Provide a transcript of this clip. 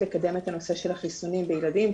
לקדם את הנושא של החיסונים בילדים,